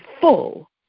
full